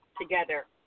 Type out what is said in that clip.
together